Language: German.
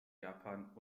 japan